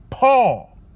Paul